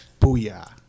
Booyah